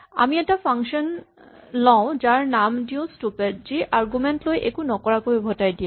আমি এটা ফাংচন লওঁ যাৰ নাম দিওঁ স্টুপিড যি আৰগুমেন্ট লৈ একো নকৰাকৈ উভতাই দিয়ে